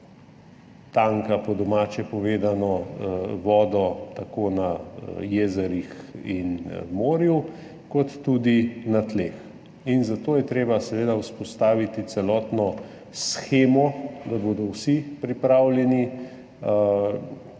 vodo, po domače povedano, tako na jezerih in morju kot tudi na tleh. In zato je treba seveda vzpostaviti celotno shemo, da bodo vsi pripravljeni